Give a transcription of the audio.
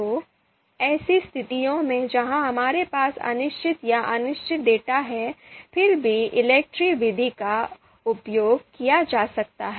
तो ऐसी स्थितियों में जहां हमारे पास अनिश्चित या अनिश्चित डेटा है फिर भी ELECTRE विधि का उपयोग किया जा सकता है